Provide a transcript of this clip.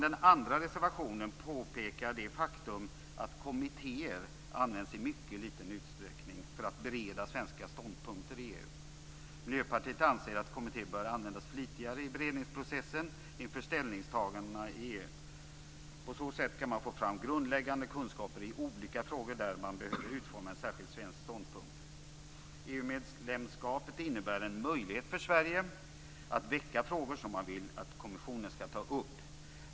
Den andra reservationen påpekar det faktum att kommittéer används i mycket liten utsträckning för att bereda svenska ståndpunkter i EU. Miljöpartiet anser att kommittéer bör användas flitigare i beredningsprocessen inför ställningstagandena i EU. På så sätt kan man få fram grundläggande kunskaper i olika frågor där man behöver utforma en särskild svensk ståndpunkt. EU-medlemskapet innebär en möjlighet för Sverige att väcka frågor som man vill att kommissionen skall ta upp.